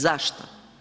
Zašto?